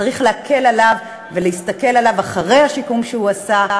צריך להקל עליו ולהסתכל עליו אחרי השיקום שהוא עשה.